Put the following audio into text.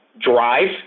drive